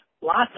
lots